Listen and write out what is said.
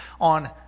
on